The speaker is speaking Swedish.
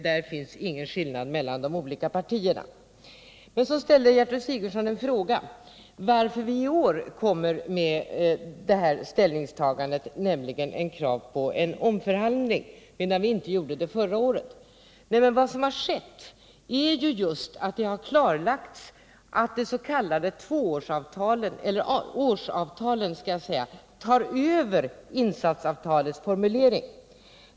Där finns ingen skillnad mellan de olika partierna. Så ställde Gertrud Sigurdsen en fråga, varför vii år kommer med krav på en omförhandling, när vi inte gjorde det förra året. Vad som har skett är ju just att det har klarlagts att de s.k. årsavtalen tar över insatsavtalets formulering.